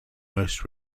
most